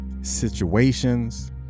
Situations